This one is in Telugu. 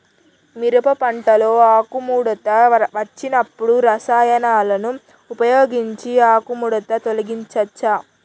మిరప పంటలో ఆకుముడత వచ్చినప్పుడు రసాయనాలను ఉపయోగించి ఆకుముడత తొలగించచ్చా?